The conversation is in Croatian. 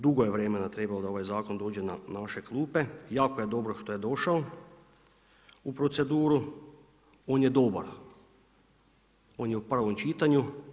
Dugo je vremena trebalo da ovaj zakon dođe na naše klupe, jako je dobro što je došao u proceduru, on je dobar, on je u prvom čitanju.